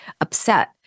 upset